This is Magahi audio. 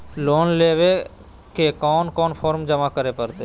लोन लेवे ले कोन कोन फॉर्म जमा करे परते?